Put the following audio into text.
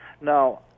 Now